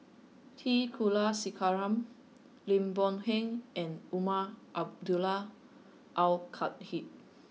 T Kulasekaram Lim Boon Heng and Umar Abdullah Al Khatib